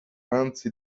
anzi